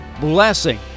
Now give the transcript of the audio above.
blessing